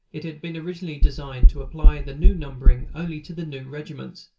it had been originally designed to apply the new numbering only to the new regiments,